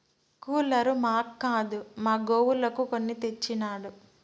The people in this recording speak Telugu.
కూలరు మాక్కాదు మా గోవులకు కొని తెచ్చినాడు